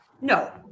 No